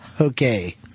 okay